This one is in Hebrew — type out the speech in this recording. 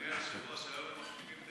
אדוני היושב-ראש, היום הם,